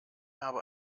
habe